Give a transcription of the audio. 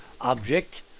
object